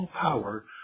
power